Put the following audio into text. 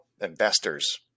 Investors